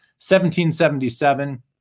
1777